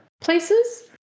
places